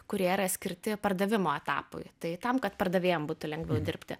kurie yra skirti pardavimo etapui tai tam kad pardavėjam būtų lengviau dirbti